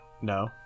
No